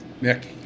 Nick